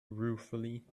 ruefully